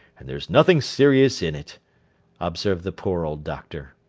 and there's nothing serious in it observed the poor old doctor.